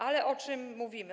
Ale o czym mówimy.